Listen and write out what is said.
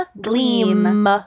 Gleam